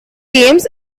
games